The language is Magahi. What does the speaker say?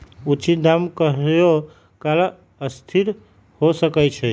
उचित दाम कहियों काल असथिर हो सकइ छै